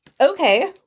Okay